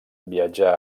viatjà